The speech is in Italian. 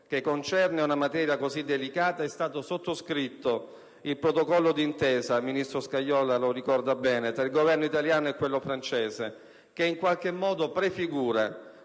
che concerne una materia così delicata, è stato sottoscritto il Protocollo d'intesa - e il ministro Scajola lo ricorda bene - tra il Governo italiano e quello francese che, in qualche modo, prefigura